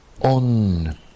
on